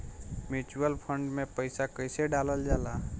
Mutual fund मे पईसा कइसे डालल जाला?